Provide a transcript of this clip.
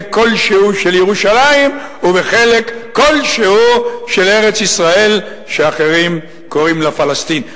כלשהו של ירושלים ובחלק כלשהו של ארץ-ישראל שאחרים קוראים לה פלסטין.